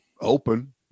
open